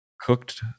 cooked